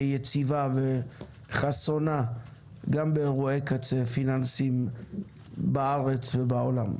יציבה וחסונה גם באירועי קצה פיננסיים בארץ ובעולם.